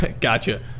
Gotcha